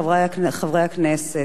חברי הכנסת,